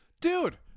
dude